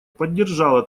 поддержало